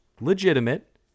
legitimate